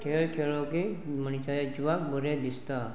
खेळ खेळ्ळो की मनशाचे जिवाक बरें दिसता